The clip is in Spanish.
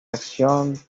acción